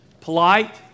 polite